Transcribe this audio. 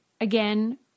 again